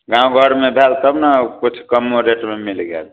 गाँव घरमे भेल तबने किछु कमो रेटमे मिल गेल